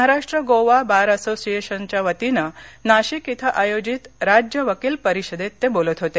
Maharashtra Goa bar असोसिएशनच्या वतीनं नाशिक इथं आयोजित राज्य वकील परिषदेत ते बोलत होते